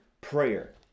prayer